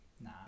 Nah